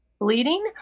bleeding